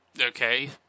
Okay